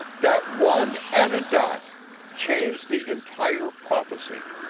that one added dot changed the entire prophecy.